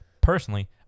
Personally